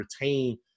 retain